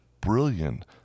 brilliant